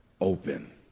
open